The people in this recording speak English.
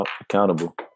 accountable